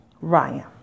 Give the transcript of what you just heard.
Ryan